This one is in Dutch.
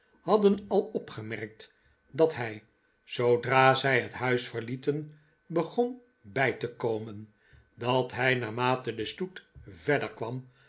hadden al opgemerkt dat hij zoodra zij het huis verlieten begoh bij te komen dat hij naarmate de stoet verder kwam